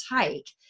take